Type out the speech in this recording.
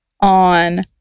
on